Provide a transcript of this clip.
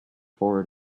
forward